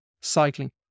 cycling